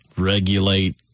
Regulate